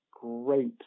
great